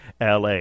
LA